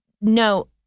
no